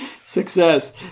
Success